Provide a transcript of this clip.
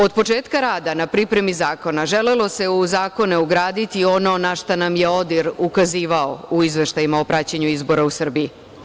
Od početka rada na pripremi zakona želelo se u zakone ugraditi ono na šta nam je ODIR ukazivao u izveštajima o praćenju izbora u Srbiji.